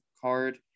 card